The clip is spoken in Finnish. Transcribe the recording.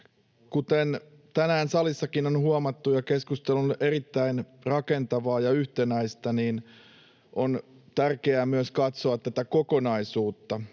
Kuten tänään salissakin on huomattu — ja keskustelu on erittäin rakentavaa ja yhtenäistä — on tärkeää myös katsoa tätä kokonaisuutta.